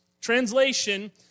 Translation